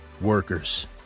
Workers